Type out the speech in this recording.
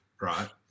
right